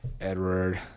Edward